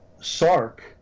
sark